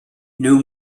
new